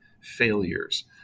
failures